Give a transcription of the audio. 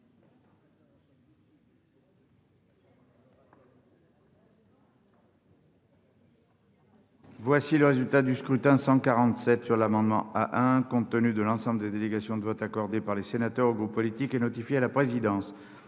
le résultat du scrutin. Voici, compte tenu de l'ensemble des délégations de vote accordées par les sénateurs aux groupes politiques et notifiées à la présidence,